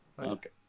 Okay